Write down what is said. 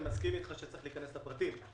אני מסכים איתך שרציך להיכנס לפרטים,